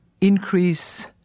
increase